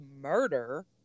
murder